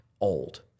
old